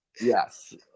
Yes